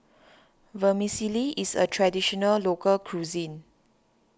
Vermicelli is a Traditional Local Cuisine